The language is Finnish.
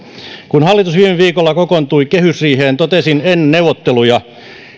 kun viikolla kokoontui kehysriiheen totesin ennen neuvotteluja